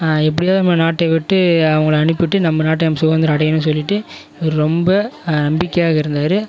எப்படியாவது நம்ம நாட்டை விட்டு அவங்களை அனுப்பிட்டு நம்ம நட்ட நம்ம சுதந்திரம் அடையணும்னு சொல்லிட்டு இவர் ரொம்ப நம்பிக்கையாக இருந்தார்